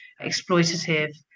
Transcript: exploitative